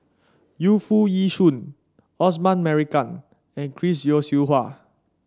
Yu Foo Yee Shoon Osman Merican and Chris Yeo Siew Hua